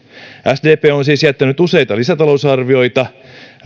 sdp on on siis jättänyt useita lisätalousarvioita